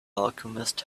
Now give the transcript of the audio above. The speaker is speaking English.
alchemist